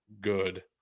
good